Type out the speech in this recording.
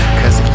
cause